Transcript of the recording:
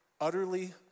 utterly